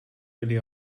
really